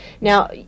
Now